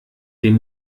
dem